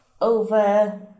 over